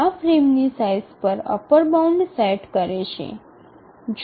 આ ફ્રેમની સાઇઝ પર અપર બાઉન્ડ સેટ કરે છે